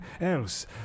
else